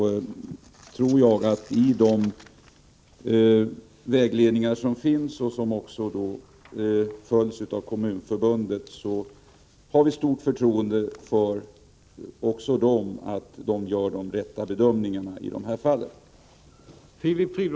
Genom att det finns en vägledning, som också stöds av Kommunförbundet, har vi stort förtroende för att de rätta bedömningarna görs i dessa fall.